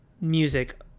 music